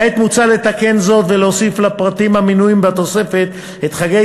כעת מוצע לתקן זאת ולהוסיף לפרטים המנויים בתוספת את חגי